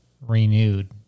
renewed